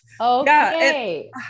Okay